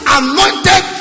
anointed